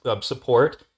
support